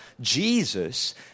Jesus